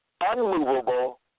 unmovable